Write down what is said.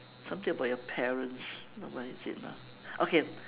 something about your parents no where is it ah okay